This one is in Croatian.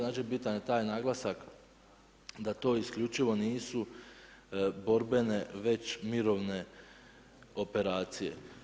Znači bitan je taj naglasak da to isključivo nisu borbene, već mirovne operacije.